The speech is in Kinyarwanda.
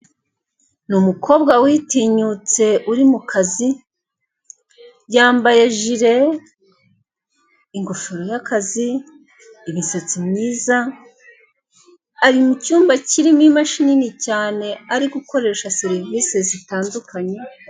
Ni umukobwa witinyutse uri mu kazi yambaye jire, ingofero y' akazi, imisatsi myiza ari mu cyumba kirimo imashini nini cyane ari gukoresha serivise zitandukanye.